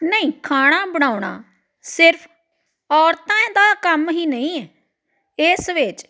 ਨਹੀਂ ਖਾਣਾ ਬਣਾਉਣਾ ਸਿਰਫ ਔਰਤਾਂ ਦਾ ਕੰਮ ਹੀ ਨਹੀਂ ਹੈ ਇਸ ਵਿੱਚ